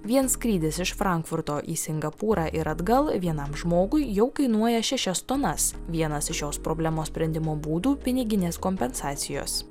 vien skrydis iš frankfurto į singapūrą ir atgal vienam žmogui jau kainuoja šešias tonas vienas iš šios problemos sprendimo būdų piniginės kompensacijos